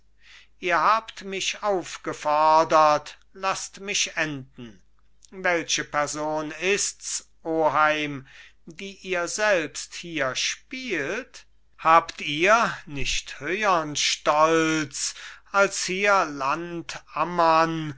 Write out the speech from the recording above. ihr habt mich aufgefordert lasst mich enden welche person ist's oheim die ihr selbst hier spielt habt ihr nicht höhern stolz als hier